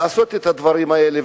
לעשות את הדברים האלה,